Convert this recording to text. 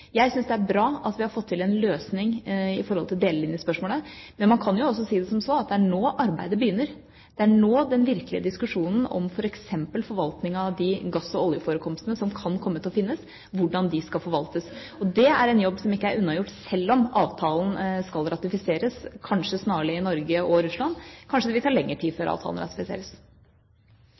Jeg syns det er bra at vi har fått til en løsning i delelinjespørsmålet, men man kan jo også si som så at det er nå arbeidet begynner. Det er nå den virkelige diskusjonen kommer, f.eks. om hvordan de gass- og oljeforekomstene som man kan komme til å finne, skal forvaltes. Det er en jobb som ikke er unnagjort, sjøl om avtalen skal ratifiseres snarlig i Norge og Russland – eller kanskje det vil ta lengre tid før avtalen ratifiseres.